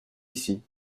ici